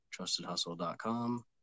trustedhustle.com